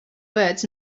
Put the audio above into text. words